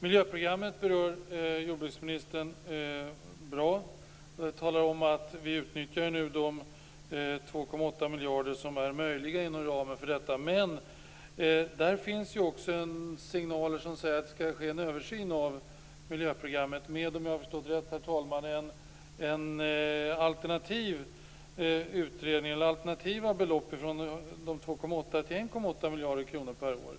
Miljöprogrammet berör jordbruksministern bra och talar om att vi nu utnyttjar de 2,8 miljarder som är möjliga inom ramen för detta. Men det finns också signaler om att det skall ske en översyn av miljöprogrammet med, om jag har förstått det rätt, ett alternativt belopp - en sänkning från 2,8 miljarder till 1,8 miljarder kronor per år.